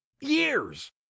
years